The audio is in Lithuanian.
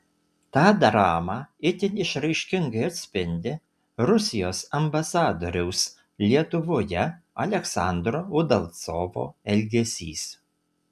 tą dramą itin išraiškingai atspindi rusijos ambasadoriaus lietuvoje aleksandro udalcovo elgesys